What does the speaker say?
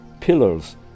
pillars